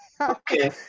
okay